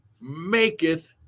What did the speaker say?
maketh